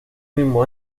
mismo